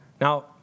Now